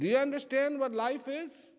do you understand what life is